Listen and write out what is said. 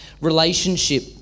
relationship